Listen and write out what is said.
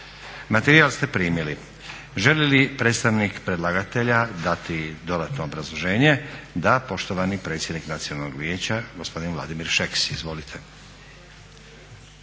Materijal ste primili. Želi li predstavnik predlagatelja dati dodatno obrazloženje? Da. Poštovani predsjednik Nacionalnog vijeća gospodin Vladimir Šeks, izvolite.